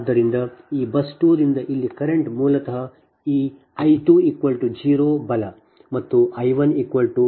ಆದ್ದರಿಂದ ಈ ಬಸ್ 2 ರಿಂದ ಇಲ್ಲಿ ಕರೆಂಟ್ ಮೂಲತಃ ಈ I 2 0 ಬಲ ಮತ್ತು I 1 1